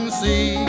see